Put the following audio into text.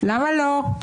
למה לא?